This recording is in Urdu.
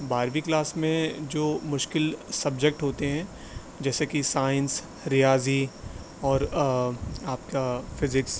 بارہویں کلاس میں جو مشکل سبجیکٹ ہوتے ہیں جیسے کہ سائنس ریاضی اور آپ کا فیزکس